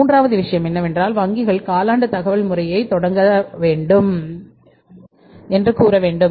மூன்றாவது விஷயம் என்னவென்றால் வங்கிகள் காலாண்டு தகவல் முறையைத் தொடங்க வேண்டும் என்று கூற வேண்டும்